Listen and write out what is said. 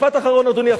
משפט אחרון, אדוני.